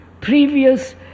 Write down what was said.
previous